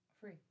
free